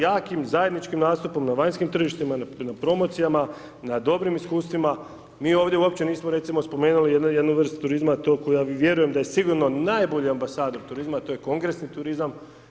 Jakim zajedničkim nastupom na vanjskim tržištima, na promocijama, na dobrim iskustvima, mi ovdje uopće nismo recimo spomenuli jednu vrstu turizma, to koja, vjerujem da je sigurno najbolji ambasador turizma, to je kongresni turizam.